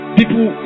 people